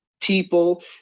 people